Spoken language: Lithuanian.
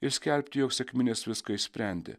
ir skelbti jog sekminės viską išsprendė